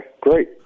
great